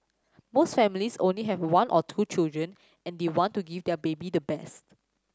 most families only have one or two children and they want to give their baby the best